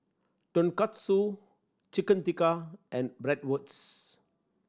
Tonkatsu Chicken Tikka and Bratwurst